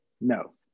no